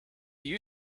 you